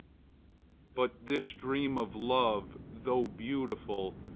but this dream of love, though beautiful,